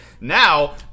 Now